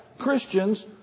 Christians